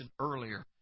earlier